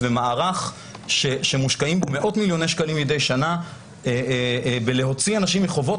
זה מערך שמושקעים בו מאות מיליוני שקלים מידי שנה בלהוציא אנשים מחובות.